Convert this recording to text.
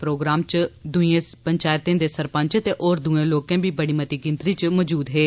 programme च दुइएं पंचायतें दे सरपंच ते होर दुए लोक बी बड़ी मती गिनतरी च मजूद हे